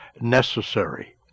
necessary